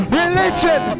religion